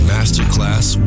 Masterclass